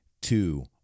two